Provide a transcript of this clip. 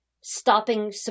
stopping